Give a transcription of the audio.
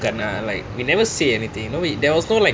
bukan lah like we never say anything but we there was no like